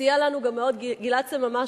וסייע לנו מאוד גם גלעד סממה,